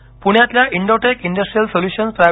प्ण्यातल्या Indotech industrial solutions प्रा